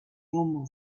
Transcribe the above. normal